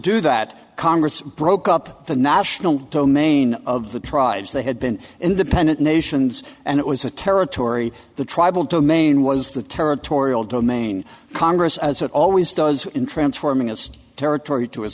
do that congress broke up the national domain of the tribes they had been independent nations and it was a territory the tribal domain was the territorial domain congress as it always does in transforming its territory to